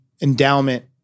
endowment